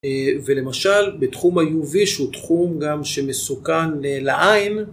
ולמשל בתחום UV שהוא תחום גם שמסוכן לעין.